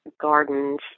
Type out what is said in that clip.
gardens